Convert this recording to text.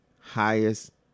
highest